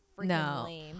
No